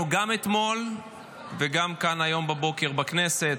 גם אתמול וגם כאן היום בבוקר בכנסת,